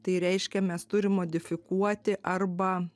tai reiškia mes turim modifikuoti arba